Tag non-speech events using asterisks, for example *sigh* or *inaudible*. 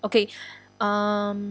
okay *breath* um